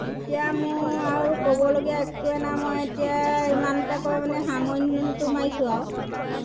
এতিয়া মোৰ আৰু ক'বলগীয়া একোৱে নাই মই এতিয়া ইমানতে কয় পেনি সামৰণিটো মাৰিছোঁ আৰু